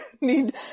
need